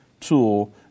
tool